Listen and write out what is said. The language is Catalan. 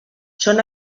són